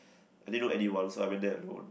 I didn't know everyone so I went there and work